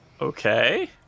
Okay